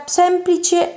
semplice